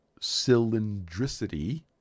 cylindricity